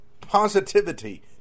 positivity